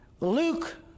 Luke